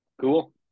Cool